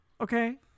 okay